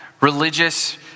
religious